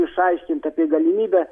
išaiškint apie galimybę